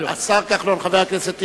חבר הכנסת טיבי.